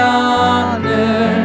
honor